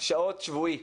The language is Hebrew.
שעות שבועי.